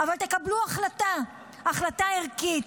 קבלו החלטה, החלטה ערכית: